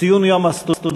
ציון יום הסטודנט.